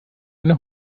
eine